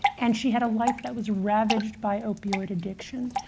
and she had a life that was ravaged by opioid addiction.